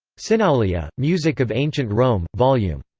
synaulia, music of ancient rome, vol. yeah um